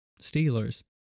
Steelers